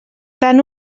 tant